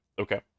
okay